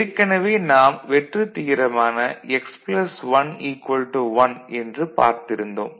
ஏற்கனவே நாம் வெற்று தியரமான x 1 1 என்று பார்த்திருந்தோம்